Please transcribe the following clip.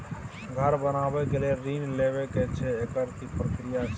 घर बनबै के लेल ऋण लेबा के छै एकर की प्रक्रिया छै?